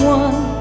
one